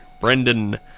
Brendan